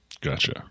Gotcha